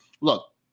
look